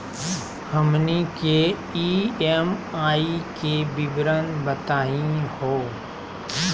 हमनी के ई.एम.आई के विवरण बताही हो?